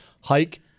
Hike